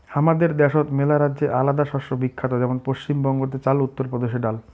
হামাদের দ্যাশোত মেলারাজ্যে আলাদা শস্য বিখ্যাত যেমন পশ্চিম বঙ্গতে চাল, উত্তর প্রদেশে ডাল